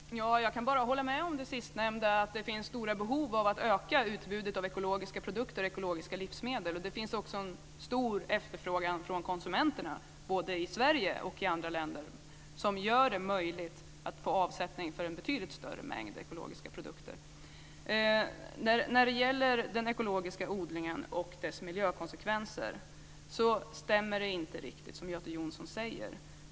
Fru talman! Jag kan bara hålla med om det sistnämnda. Det finns stora behov av att öka utbudet av ekologiska produkter och ekologiska livsmedel. Det finns också en stor efterfrågan från konsumenterna, både i Sverige och i andra länder, som gör det möjligt att få avsättning för en betydligt större mängd ekologiska produkter. Det som Göte Jonsson säger om den ekologiska odlingens miljökonsekvenser stämmer inte riktigt.